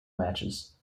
matches